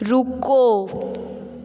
रुको